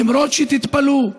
למרות שתתפלאו,